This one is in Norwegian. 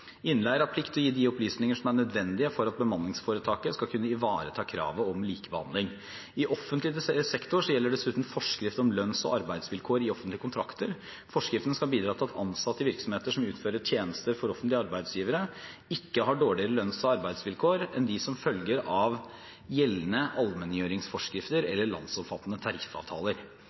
Innleier har plikt til å gi de opplysningene som er nødvendige for at bemanningsforetaket skal kunne ivareta kravet om likebehandling. I offentlig sektor gjelder dessuten forskrift om lønns- og arbeidsvilkår i offentlige kontrakter. Forskriften skal bidra til at ansatte i virksomheter som utfører tjenester for offentlige arbeidsgivere, ikke har dårligere lønns- og arbeidsvilkår enn det som følger av gjeldende allmenngjøringsforskrifter eller landsomfattende tariffavtaler.